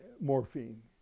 morphine